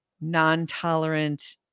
non-tolerant